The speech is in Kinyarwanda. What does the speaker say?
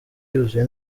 yuzuye